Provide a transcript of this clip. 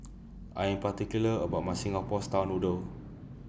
I Am particular about My Singapore Style Noodles